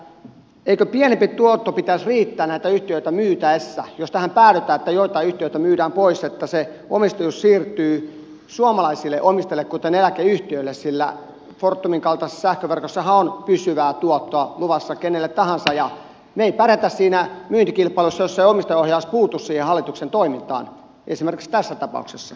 eikö pienemmän tuoton pitäisi riittää näitä yhtiöitä myytäessä jos tähän päädytään että joitain yhtiöitä myydään pois jos se omistajuus siirtyy suomalaisille omistajille kuten eläkeyhtiöille sillä fortumin kaltaisessa sähköverkossahan on pysyvää tuottoa luvassa kenelle tahansa ja me emme pärjää siinä myyntikilpailussa jos ei omistajaohjaus puutu siihen hallituksen toimintaan esimerkiksi tässä tapauksessa